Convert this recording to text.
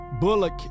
Bullock